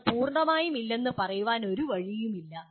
ഒന്ന് പൂർണ്ണമായും ഇല്ലെന്ന് നിങ്ങൾക്ക് പറയാൻ ഒരു വഴിയുമില്ല